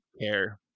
care